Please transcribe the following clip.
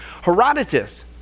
Herodotus